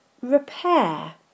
repair